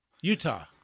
Utah